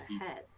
ahead